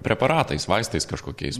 preparatais vaistais kažkokiais